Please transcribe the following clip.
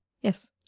Yes